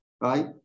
right